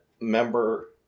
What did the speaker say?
member